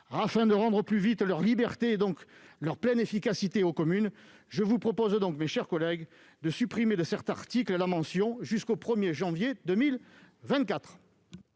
Afin de rendre au plus vite leur liberté, et donc leur pleine efficacité, aux communes, je vous propose donc, mes chers collègues, de supprimer de cet article la mention « jusqu'au 1 janvier 2024